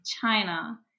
China